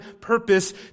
purpose